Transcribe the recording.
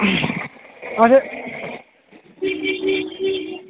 اچھا